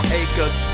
acres